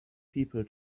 people